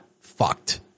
fucked